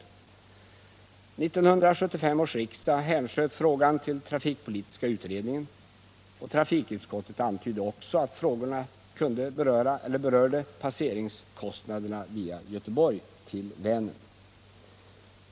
1975 års riksdag hänsköt frågan till trafikpolitiska utredningen. Trafikutskottet antydde att frågorna också berörde passagekostnaderna via Göteborg till Vänern.